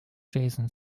jason